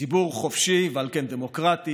ציבור חופשי ועל כן דמוקרטי,